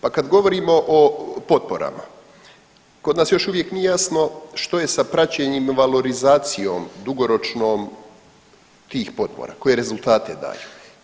Pa kad govorimo o potporama kod nas još uvijek nije jasno što je sa praćenjem i valorizacijom dugoročnom tih potpora, koje rezultate daje.